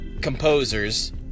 composers